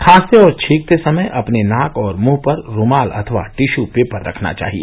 खांसते और छींकते समय अपने नाक और मुंह पर रूमाल अथवा टिश्यू पेपर रखना चाहिए